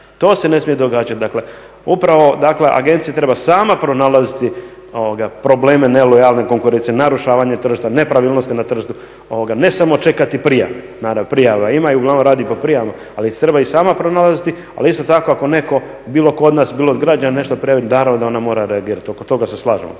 to se ne smije događati. Upravo agencija treba sama pronalaziti probleme nelojalne konkurencije, narušavanje tržišta, nepravilnosti na tržištu, ne samo čekati prijave. Naravno prijava ima i uglavnom radi po prijavama, ali to treba i sama pronalaziti, ali isto tako ako netko, bilo tko od nas, bilo od građana nešto … naravno da ona mora reagirati. Oko toga se slažemo.